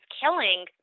killing